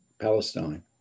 Palestine